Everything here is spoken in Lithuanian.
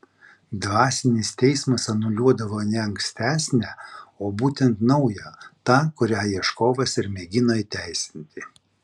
dvasinis teismas anuliuodavo ne ankstesnę o būtent naują tą kurią ieškovas ir mėgino įteisinti